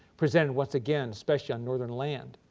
presented once again, especially on northern land.